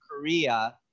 korea